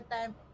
time